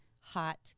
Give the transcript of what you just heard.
hot